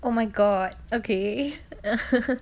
oh my god okay